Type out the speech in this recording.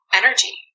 energy